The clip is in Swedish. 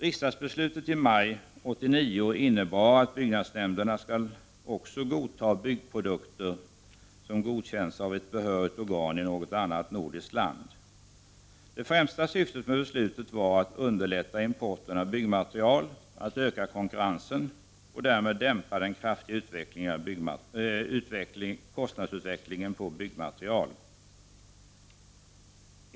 Riksdagsbeslutet i maj 1989 innebar att byggnadsnämnderna också skall godta byggprodukter som godkänts av ett behörigt organ i något annat nordiskt land. Det främsta syftet med beslutet var att underlätta importen av byggmaterial, att öka konkurrensen och därmed dämpa den kraftiga kostnadsutvecklingen på byggmaterial.